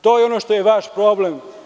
To je ono što je vaš problem.